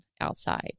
outside